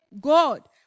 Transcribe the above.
God